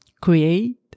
create